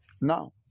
Now